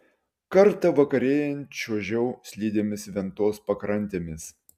kartą vakarėjant čiuožiau slidėmis ventos pakrantėmis